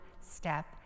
step